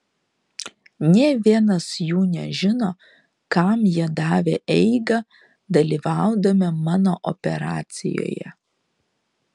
nė vienas jų nežino kam jie davė eigą dalyvaudami mano operacijoje